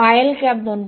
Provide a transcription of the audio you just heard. Payal cap 2